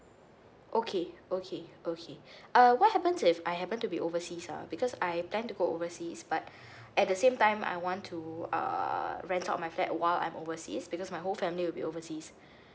okay okay okay uh what happens if I happen to be overseas ah because I plan to go overseas but at the same time I want to uh rent out my flat while I'm overseas because my whole family will be overseas